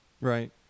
Right